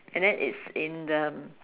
and then it's in the